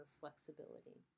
flexibility